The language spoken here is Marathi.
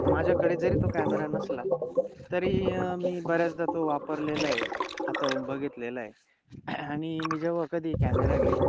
माझ्याकडे जरी तो कॅमेरा नसला तरी मी बऱ्याचदा तो वापरलेला आहे हाताळून बघितलेला आहे आणि मी जेव्हा कधी कॅमेरा घेईल